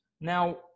Now